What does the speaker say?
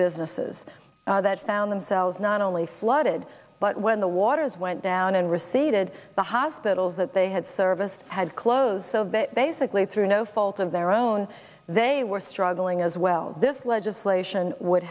businesses that found themselves not only flooded but when the waters went down and receded the hospitals that they had serviced had closed so that basically through no fault of their own they were struggling as well this legislation would